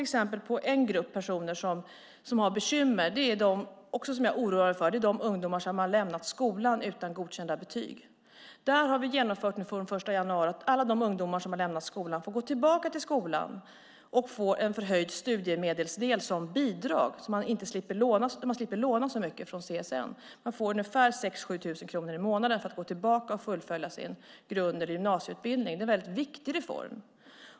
En grupp personer med bekymmer, och som jag också oroar mig för, är de ungdomar som har lämnat skolan utan godkända betyg. Där har vi genomfört från den 1 januari att alla de ungdomar som har lämnat skolan får gå tillbaka till skolan med en förhöjd studiemedelsdel som bidrag, så att de inte behöver låna så mycket från CSN. De får 6 000-7 000 kronor i månaden för att gå tillbaka och fullfölja sin grund eller gymnasieutbildning. Det är en viktig reform.